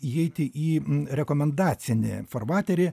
įeiti į rekomendacinį farvaterį